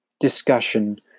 discussion